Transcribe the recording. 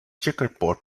checkerboard